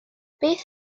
beth